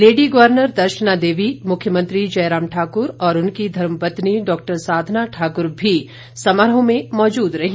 lady governor Darshana Devi मुख्यमंत्री जयराम ठाकुर और उनकी धर्मपत्नी डॉक्टर साधना ठाकुर भी समारोह में मौजूद रहीं